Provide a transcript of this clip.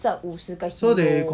这五十个 hero